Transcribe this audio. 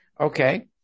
Okay